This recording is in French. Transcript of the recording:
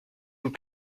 vous